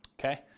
Okay